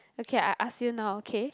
okay I ask you now okay